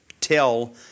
Tell